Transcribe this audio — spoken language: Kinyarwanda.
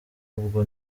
ubwo